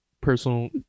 personal